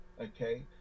okay